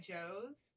Joe's